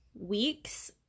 weeks